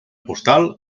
postal